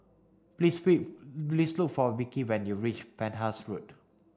please please look for Vickie when you reach Penhas Road